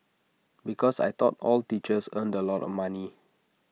because I thought all teachers earned A lot of money